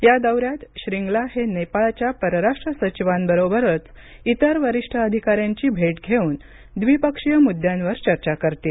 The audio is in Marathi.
या दौऱ्यात श्रींगला हे नेपाळच्या परराष्ट्र सचिवांबरोबरचं इतर वरिष्ठ अधिकाऱ्यांची भेट घेऊन द्विपक्षीय मुद्द्यांवर चर्चा करतील